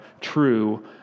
true